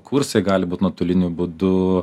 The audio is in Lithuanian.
kursai gali būt nuotoliniu būdu